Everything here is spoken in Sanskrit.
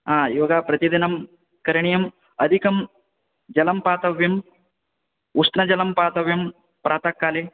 हा योगा प्रतिदिनं करणीयम् अधिकं जलं पातव्यम् उष्णजलं पातव्यं प्रातःकाले